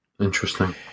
Interesting